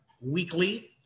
weekly